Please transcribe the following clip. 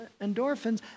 endorphins